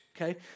okay